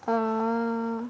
err